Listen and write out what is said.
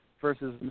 versus